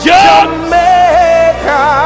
Jamaica